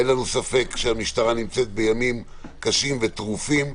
אין לנו ספק שהמשטרה נמצאת בימים קשים וטרופים,